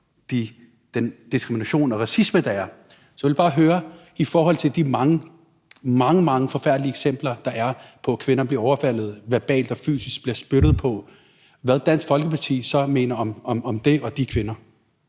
den diskrimination og racisme, der er. Så jeg vil bare høre i forhold til de mange, mange forfærdelige eksempler, der er, på, at kvinder bliver overfaldet verbalt og fysisk og bliver spyttet på, hvad Dansk Folkeparti så mener om det og de kvinder.